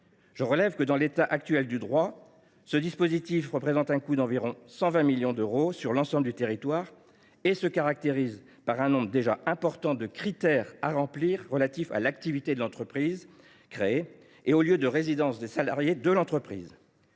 Je relève que, en l’état du droit, ce dispositif représente un coût d’environ 120 millions d’euros sur l’ensemble du territoire et se caractérise par un nombre très important de critères à respecter relatifs à l’activité de l’entreprise créée et au lieu de résidence des salariés de l’entreprise.